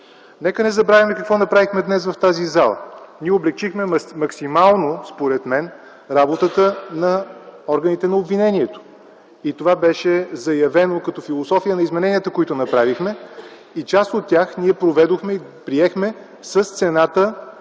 Нека не забравяме какво направихме днес в тази зала. Според мен максимално облекчихме работата на органите на обвинението и това беше заявено като философия на измененията, които направихме. Част от тях ние проведохме и приехме с цената